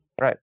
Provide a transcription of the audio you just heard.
Right